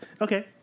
Okay